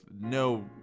no